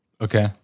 Okay